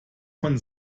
von